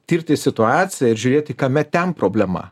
tirti situaciją ir žiūrėti kame ten problema